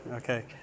Okay